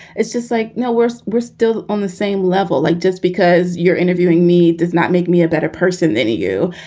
it's just like no worse. we're still on the same level. like just because you're interviewing me does not make me a better person than you.